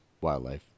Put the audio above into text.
wildlife